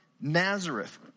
Nazareth